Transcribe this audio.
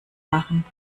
machen